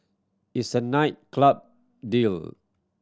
it's a night club duel